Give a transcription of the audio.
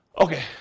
Okay